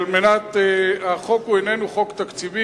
החוק איננו חוק תקציבי,